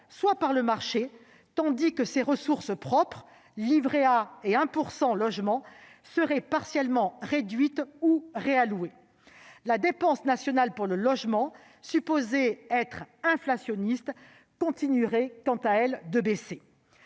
soit par le marché, tandis que ses ressources propres- livret A et 1 % logement -seraient partiellement réduites ou réallouées. La dépense nationale pour le logement, supposée inflationniste, continuerait quant à elle de baisser.